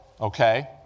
okay